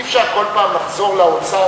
אי-אפשר כל פעם לחזור לאוצר,